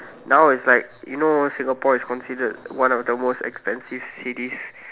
now is like you know Singapore is considered one of the most expensive cities